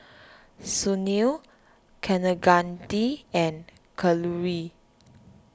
Sunil Kaneganti and Kalluri